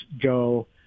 go